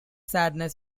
sadness